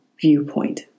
viewpoint